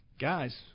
Guys